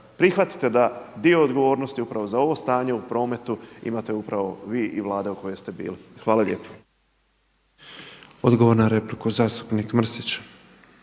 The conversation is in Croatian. prihvatite da dio odgovornosti upravo za ovo stanje u prometu imate upravo vi i Vlada u kojoj ste bili. Hvala lijepo. **Petrov, Božo (MOST)** Odgovor na repliku zastupnik Mrsić.